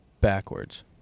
backwards